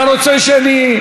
אתה רוצה שאני,